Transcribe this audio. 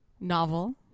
Novel